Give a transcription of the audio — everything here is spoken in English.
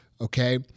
okay